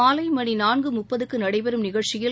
மாலைமணிநான்குமுப்பதுக்குநடைபெறும் நிகழ்ச்சியில்